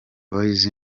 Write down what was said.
boys